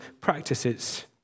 practices